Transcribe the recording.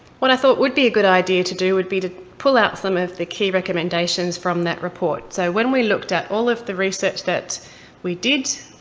i thought would be a good idea to do would be to pull out some of the key recommendations from that report. so when we looked at all of the research that we did,